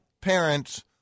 parents